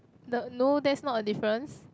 the no that's not a difference